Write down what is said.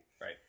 Right